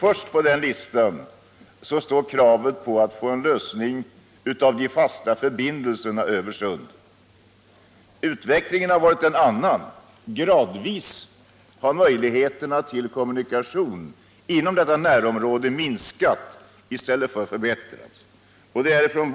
Först på den listan finns kravet på en lösning av de fasta förbindelserna över sundet. Utvecklingen har emellertid varit en annan: gradvis har möjligheterna när det gäller kommunikationer inom detta närområde minskat i stället för att ha ökat.